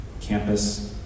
campus